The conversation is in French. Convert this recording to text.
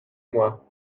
moi